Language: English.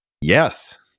yes